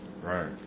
Right